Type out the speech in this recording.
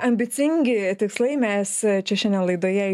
ambicingi tikslai mes čia šiandien laidoje